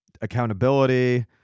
accountability